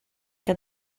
que